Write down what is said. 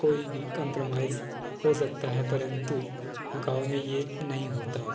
कोई भी कंप्रमाईज हो सकता है परंतु गाँव में यह नहीं होता